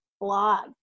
blog